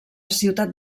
ciutat